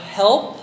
help